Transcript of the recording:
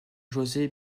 josé